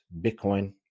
Bitcoin